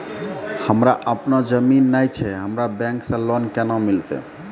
हमरा आपनौ जमीन नैय छै हमरा बैंक से लोन केना मिलतै?